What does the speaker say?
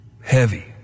Heavy